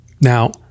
Now